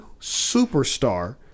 superstar